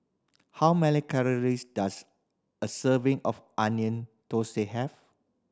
how many calories does a serving of Onion Thosai have